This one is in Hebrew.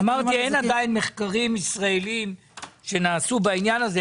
אמרתי שעדיין אין מחקרים ישראליים שנעשו בעניין הזה.